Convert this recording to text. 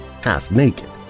half-naked